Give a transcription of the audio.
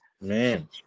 Man